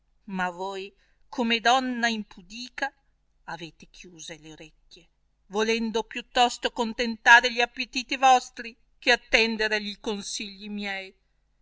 ma voi come donna impudica avete chiuse le orecchie volendo piuttosto contentare gli appetiti vostri che attender a gli consigli miei